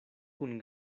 kun